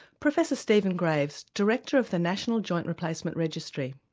professor stephen graves, director of the national joint replacement registry.